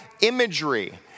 imagery